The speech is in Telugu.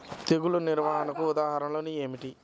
తెగులు నిర్వహణకు ఉదాహరణలు ఏమిటి?